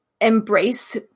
embrace